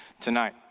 tonight